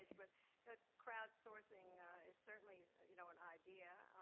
but crowdsourcing is certainly, you know, an idea.